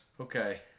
Okay